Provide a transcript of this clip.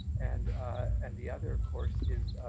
and and the other, of course, is,